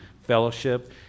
fellowship